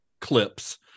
clips